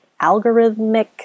algorithmic